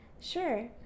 Sure